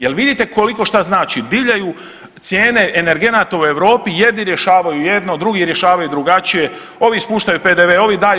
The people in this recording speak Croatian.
Jel' vidite koliko šta znači divljaju cijene energenata u Europi, jedni rješavaju jedno, drugi rješavaju drugačije, ovi spuštaju PDV, ovi daju.